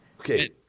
Okay